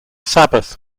sabbath